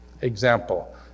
example